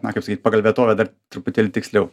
na kaip sakyt pagal vietovę dar truputėlį tiksliau